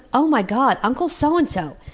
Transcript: oh my god, uncle so and so